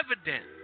evident